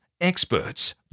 experts